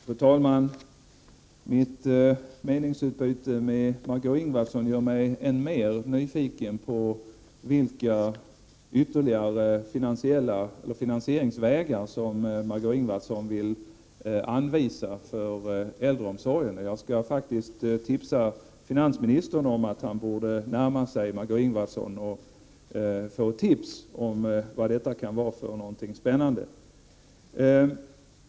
Fru talman! Mitt meningsutbyte med Margé Ingvardsson gör mig än mer nyfiken på vilka ytterligare finansieringsvägar som Margö Ingvardsson vill anvisa för äldreomsorgen. Jag skall faktiskt tipsa finansministern om att han borde närma sig Marg6ö Ingvardsson för att få reda på vad detta skulle kunna vara för någonting spännande.